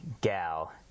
Gal